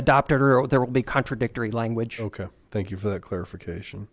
adopted or or there will be contradictory language ok thank you for the clarification